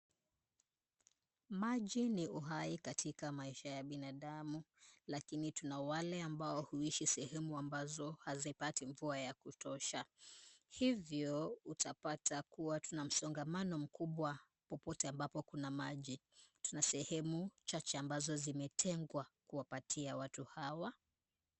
Maji ni uhai katika maisha ya binadamu lakini tuna wale ambao huishi sehemu ambazo hazipati mvua ya kutosha. Hivyo utapata kuwa tuna msongamano mkubwa popote ambapo kuna maji. Tuna sehemu chache ambazo zimetengwa kuwapatia watu hawa.